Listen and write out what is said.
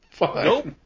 Nope